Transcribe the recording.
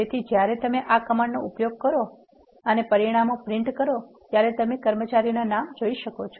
તેથી જ્યારે તમે આ કમાન્ડ નો ઉપયોગ કરો અને પરિણામ છાપશો ત્યારે તમે કર્મચારીઓનાં નામ જોઈ શકો છો